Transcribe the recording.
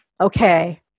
okay